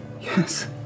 Yes